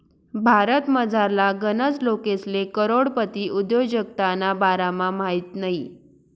भारतमझारला गनच लोकेसले करोडपती उद्योजकताना बारामा माहित नयी